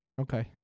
Okay